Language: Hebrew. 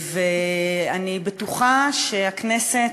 אני בטוחה שהכנסת,